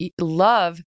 love